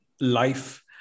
life